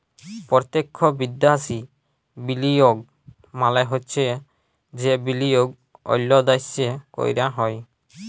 পত্যক্ষ বিদ্যাশি বিলিয়গ মালে হছে যে বিলিয়গ অল্য দ্যাশে ক্যরা হ্যয়